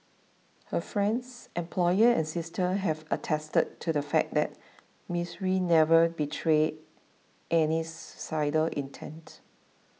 her friends employer and sister have attested to the fact that Miss Rue never betrayed any suicidal intent